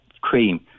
cream